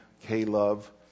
K-Love